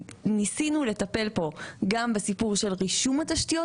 ניסינו לטפל פה גם בשיפור של רישום התשתיות,